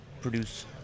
produce